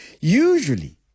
usually